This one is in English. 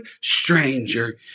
stranger